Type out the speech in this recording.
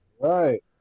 right